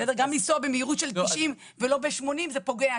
גם לנסוע במהירות של 80 ולא 90 זה פוגע,